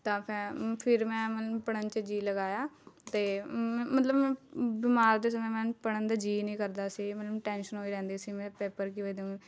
ਤਾਂ ਮੈਂ ਫਿਰ ਮੈਂ ਮਤਲਬ ਪੜ੍ਹਨ 'ਚ ਜੀਅ ਲਗਾਇਆ ਅਤੇ ਮਤਲਬ ਮੈਂ ਬਿਮਾਰ ਦੇ ਸਮੇਂ ਮੈਨੂੰ ਪੜ੍ਹਨ ਦਾ ਜੀਅ ਨਹੀਂ ਕਰਦਾ ਸੀ ਮੈਨੂੰ ਟੈਨਸ਼ਨ ਹੋ ਜਾਂਦੀ ਸੀ ਮੈਂ ਪੇਪਰ ਕਿਵੇਂ ਦੇ